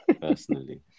personally